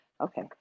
okay